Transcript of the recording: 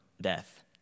death